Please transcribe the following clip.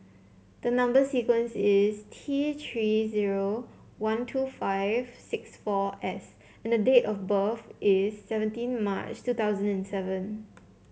the number sequence is T Three zero one two five six four S and the date of birth is seventeen March two thousand and seven